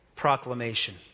proclamation